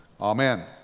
Amen